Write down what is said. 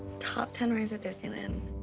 top ten rides at disneyland.